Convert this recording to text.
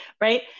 right